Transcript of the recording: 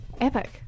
Epic